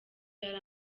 yari